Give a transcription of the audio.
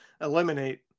eliminate